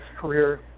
career